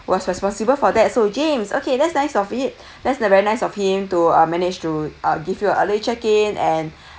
was responsible for that so james okay that's nice of it that's the very nice of him to uh manage to uh give you a early check in and